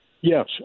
Yes